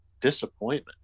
Disappointment